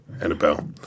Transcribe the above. Annabelle